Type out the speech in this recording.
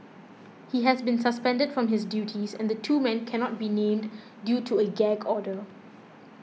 he has been suspended from his duties and the two men cannot be named due to a gag order